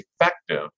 effective